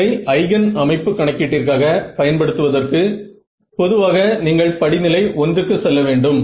அதை ஐகென் அமைப்பு கணக்கீட்டிற்காக பயன்படுத்துவதற்கு பொதுவாக நீங்கள் படிநிலை 1 க்கு செல்ல வேண்டும்